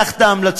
קח את ההמלצות,